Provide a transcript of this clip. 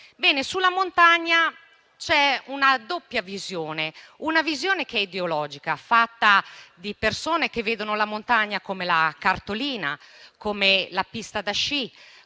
Sulla montagna c'è una doppia visione. Una visione è ideologica ed è quella delle persone che vedono la montagna come la cartolina, come la pista da sci,